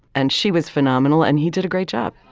and she was phenomenal and he did a great job